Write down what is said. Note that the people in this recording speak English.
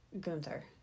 Gunther